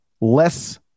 less